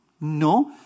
No